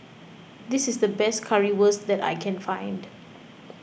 this is the best Currywurst that I can find